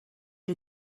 you